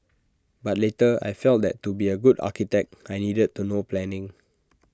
but later I felt that to be A good architect I needed to know planning